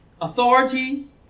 authority